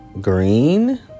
Green